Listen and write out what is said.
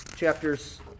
Chapters